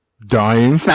dying